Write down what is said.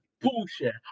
bullshit